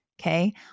Okay